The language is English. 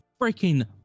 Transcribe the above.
freaking